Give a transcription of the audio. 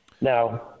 Now